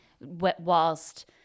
whilst